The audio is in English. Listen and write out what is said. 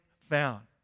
found